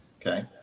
Okay